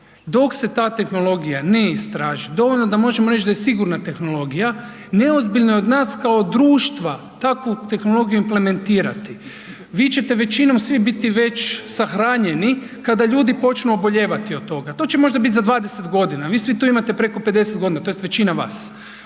Dok se ta tehnologija ne istraži, dovoljno da možemo reći da sigurna tehnologija, neozbiljno je od nas kao društva takvu tehnologiju implementirati. Vi ćete većinom svi biti već sahranjeni kada ljudi počnu obolijevati od toga, to će možda biti za 20 godina, vi svi tu imate preko 50 godina, tj. većina vas,